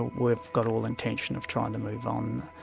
we've got all intention of trying to move um